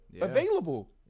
available